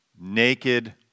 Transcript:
naked